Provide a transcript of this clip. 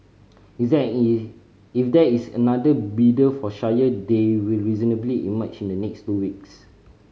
if there is another bidder for Shire they will reasonably emerge in the next two weeks